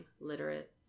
Literate